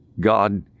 God